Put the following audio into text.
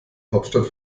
hauptstadt